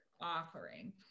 offering